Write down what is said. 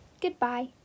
goodbye